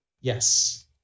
Yes